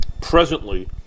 presently